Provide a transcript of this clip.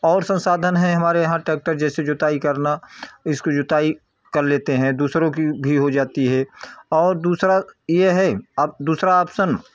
और संसाधन है हमारे यहाँ ट्रैक्टर जैसे जोताई करना इसको जोताई कर लेते हैं दूसरों की भी हो जाती है और दूसरा यह है अब दूसरा ऑप्सन